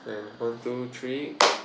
then one two three